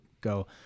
go